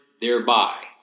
thereby